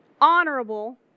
honorable